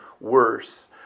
worse